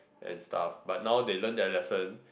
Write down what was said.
and stuff but now they learn their lesson